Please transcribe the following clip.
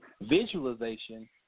Visualization